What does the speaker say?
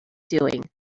doing